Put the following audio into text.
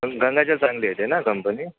गंगाजल चांगली येते ना कंपनी